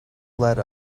let